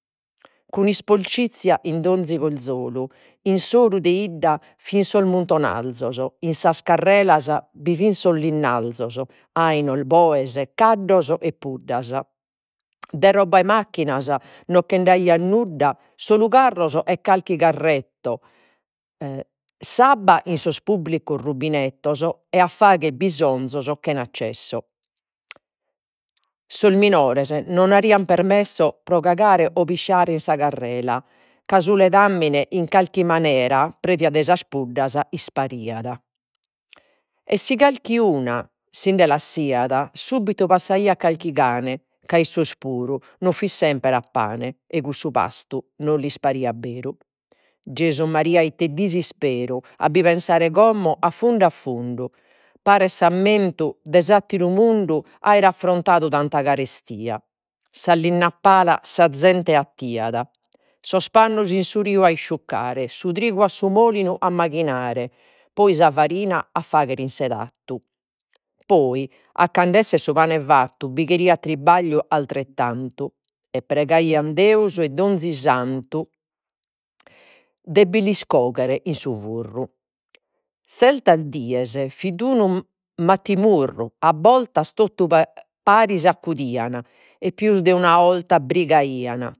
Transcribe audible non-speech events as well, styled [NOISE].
Cun isporcizia in d'onzi cozzolu, in s'oru de 'idda fin sos muntonarzos, in sas carreras bi fin sos linnarzos ainos, boes, caddos e puddas. De roba de macchinas, nocche nd'aiat nudda solu carros e calchi carretto [HESITATION] s'abba in sos pubblicos rubinettos, e a fagher bisonzos chena cesso. Sos minores non [UNINTELLIGIBLE] permesso pro cagare o pisciare in sa carrera, ca su ledamine in carchi manera [UNINTELLIGIBLE] de sas puddas ispariat. E si carchi una sinde lassiat, subitu passaiat carchi cane ca issos puru non fin sempre a pane, e cussu pastu no lis pariat beru. Gesù Maria ite disisperu a bi pensare como a fundu a fundu. Paret s'ammentu de s'atteru mundu aere affrontadu tanta carestia. Sa linna a pala sa zente attiat, sos pannos in su riu a isciuccare, su trigu a su molinu a maghinare, poi sa farina a faghere in sedattu. Poi a cando essere su pane fattu bi cheriat trabagliu atterettantu, e pregaian Deu e donzi Santu [HESITATION] lis coghere in su furru. Zertas dies fit unu [HESITATION] matimurru a boltas totu [HESITATION] paris accudian e pius de una 'orta brigaian